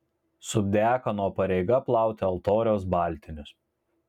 subdiakono pareiga plauti altoriaus baltinius